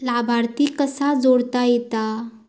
लाभार्थी कसा जोडता येता?